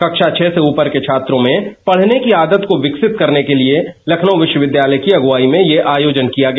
कक्षा छह से ऊपर के छात्रों में पढ़ने की आदत को विकसित करने के लिए लखनऊ विश्वविद्यालय की अगुवाई में यह आयोजन किया गया